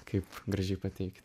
kaip gražiai pateikt